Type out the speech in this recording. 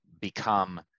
become